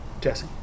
jesse